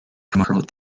promote